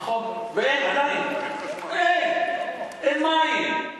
נכון, ואין מים.